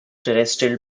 terrestrial